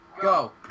Go